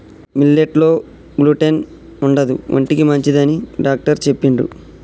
millet లో gluten ఉండదు ఒంటికి మంచిదని డాక్టర్ చెప్పిండు